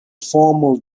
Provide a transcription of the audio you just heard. formal